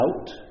out